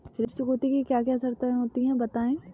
ऋण चुकौती की क्या क्या शर्तें होती हैं बताएँ?